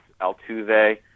Altuve